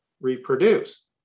reproduce